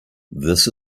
this